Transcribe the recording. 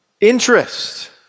interest